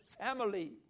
family